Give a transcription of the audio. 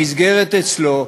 המסגרת אצלו,